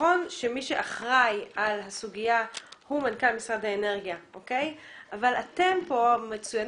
נכון שמי שאחראי על הסוגיה הוא מנכ"ל משרד האנרגיה אבל אתם מצוינים